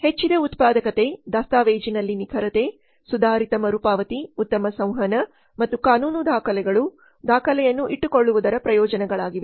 ಹೆಚ್ಚಿದ ಉತ್ಪಾದಕತೆ ದಸ್ತಾವೇಜಿನಲ್ಲಿ ನಿಖರತೆ ಸುಧಾರಿತ ಮರುಪಾವತಿ ಉತ್ತಮ ಸಂವಹನ ಮತ್ತು ಕಾನೂನು ದಾಖಲೆಗಳು ದಾಖಲೆಯನ್ನು ಇಟ್ಟುಕೊಳ್ಳುವುದರ ಪ್ರಯೋಜನಗಳಾಗಿವೆ